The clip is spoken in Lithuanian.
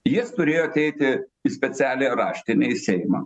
jis turėjo ateiti į specialią raštinę į seimą